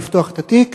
לפתוח את התיק.